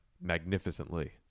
magnificently